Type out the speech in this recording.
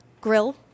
grill